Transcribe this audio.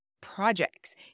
projects